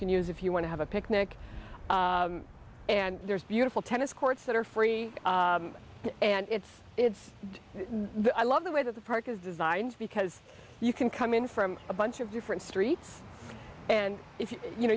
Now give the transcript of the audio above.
can use if you want to have a picnic and there's beautiful tennis courts that are free and it's it's i love the way that the park is designs because you can come in from a bunch of different streets and you know